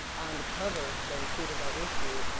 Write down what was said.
on the cover that included our issue,